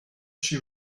she